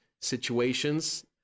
situations